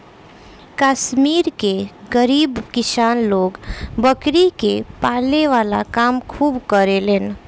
कश्मीर के गरीब किसान लोग बकरी के पाले वाला काम खूब करेलेन